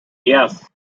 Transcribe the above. yes